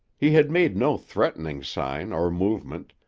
he had made no threatening sign or movement,